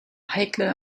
heikle